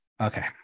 Okay